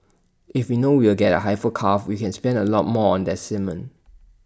if we know we'll get A heifer calf we can spend A lot more on that semen